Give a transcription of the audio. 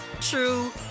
true